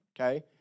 okay